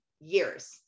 years